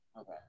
Okay